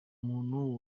umuntu